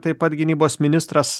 taip pat gynybos ministras